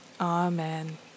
Amen